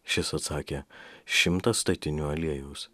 šis atsakė šimtą statinių aliejaus